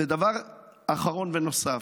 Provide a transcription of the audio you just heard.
דבר אחרון ונוסף.